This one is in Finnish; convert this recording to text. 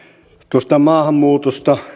tuosta maahanmuutosta